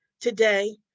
today